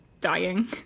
dying